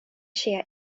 ŝia